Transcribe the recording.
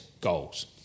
goals